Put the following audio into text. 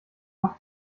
macht